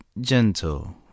gentle